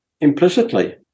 implicitly